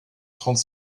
trente